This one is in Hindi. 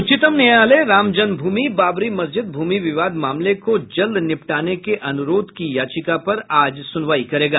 उच्चतम न्यायालय रामजन्म भूमि बाबरी मस्जिद भूमि विवाद मामले को जल्द निपटाने के अनुरोध की याचिका पर आज सुनवाई करेगा